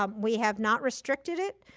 um we have not restricted it.